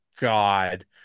God